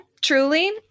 truly